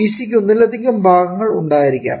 Vc ക്ക് ഒന്നിലധികം ഭാഗങ്ങൾ ഉണ്ടായിരിക്കാം